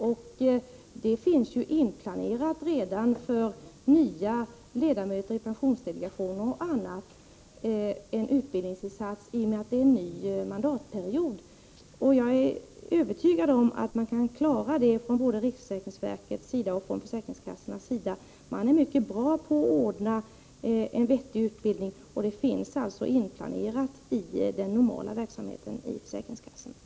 Det finns redan en utbildningsinsats inplanerad för nya ledamöter i pensionsdelegationen, eftersom det är en ny mandatperiod. Jag är övertygad om att riksförsäkringsverket och försäkringskassorna kan klara detta. Man är mycket bra på att ordna en vettig utbildning, och sådan finns alltså inplanerad i den normala verksamheten i försäkringskassorna.